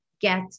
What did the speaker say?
get